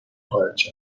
خارج